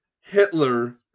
Hitler